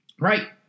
Right